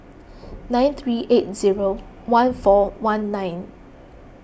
nine three eight zero one four one nine